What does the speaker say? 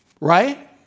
right